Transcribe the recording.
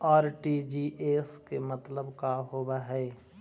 RTGS के मतलब का होव हई?